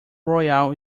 royale